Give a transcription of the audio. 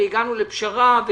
והגענו לפשרה.